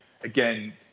again